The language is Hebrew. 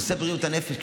נושא בריאות הנפש,